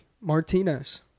Martinez